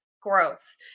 growth